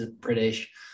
British